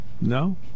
No